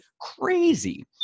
crazy